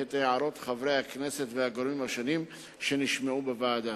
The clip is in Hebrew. את הערות חברי הכנסת והגורמים שנשמעו בוועדה.